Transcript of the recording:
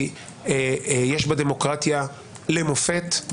יש בה דמוקרטיה למופת.